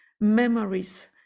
memories